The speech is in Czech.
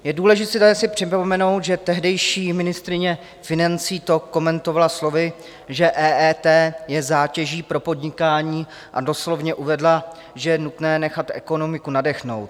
Je důležité si připomenout, že tehdejší ministryně financí to komentovala slovy, že EET je zátěží pro podnikání, a doslovně uvedla, že je nutné nechat ekonomiku nadechnout.